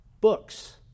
Books